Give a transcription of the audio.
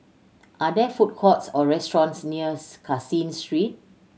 are there food courts or restaurants near Caseen Street